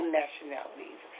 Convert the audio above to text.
nationalities